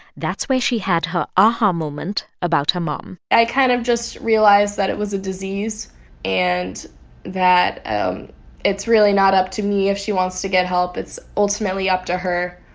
that's where she had her aha moment about her mom i kind of just realized that it was a disease and that um it's really not up to me if she wants to get help. it's ultimately up to her.